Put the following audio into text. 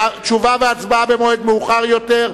תשובה והצבעה במועד מאוחר יותר,